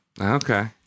Okay